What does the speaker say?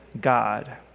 God